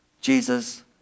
Jesus